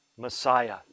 Messiah